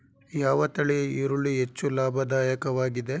ಯಾವ ತಳಿಯ ಈರುಳ್ಳಿ ಹೆಚ್ಚು ಲಾಭದಾಯಕವಾಗಿದೆ?